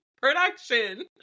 Production